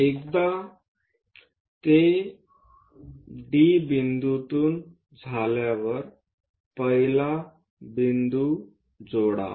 एकदा ते D बिंदूतून झाल्यावर पहिला बिंदू जोडा